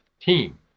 team